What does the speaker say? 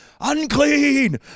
unclean